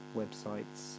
websites